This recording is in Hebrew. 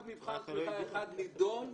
רק מבחן תמיכה אחד נידון אתמול,